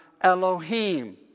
Elohim